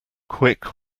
quick